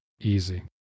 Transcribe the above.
easy